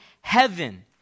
heaven